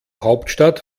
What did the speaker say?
hauptstadt